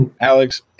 Alex